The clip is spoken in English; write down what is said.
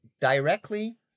directly